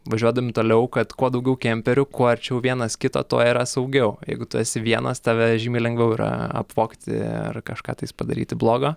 važiuodami toliau kad kuo daugiau kemperių kuo arčiau vienas kito tuo yra saugiau jeigu tu esi vienas tave žymiai lengviau yra apvogti ar kažką tais padaryti blogo